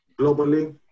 globally